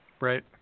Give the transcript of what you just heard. right